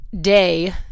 day